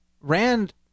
Rand